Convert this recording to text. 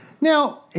Now